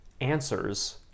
answers